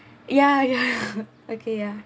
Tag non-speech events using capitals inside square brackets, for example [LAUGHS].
ya ya [LAUGHS] okay ya